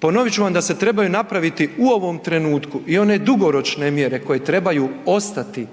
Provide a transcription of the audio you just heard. ponovit ću vam da se trebaju napraviti u ovom trenutku i one dugoročne mjere koje trebaju ostati.